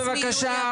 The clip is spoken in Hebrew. בבקשה,